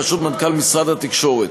בראשות מנכ"ל משרד התקשורת,